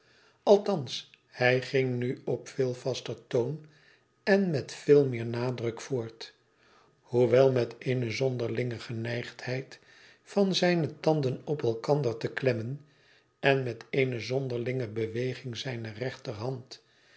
althans hij ging nu op veel vaster toon en met veel meer nadruk voort hoewel met eene zonderlinge geneigdheid van zijne tanden op elkander te klemmen en met eene zonderlinge beweging zijner rechterhand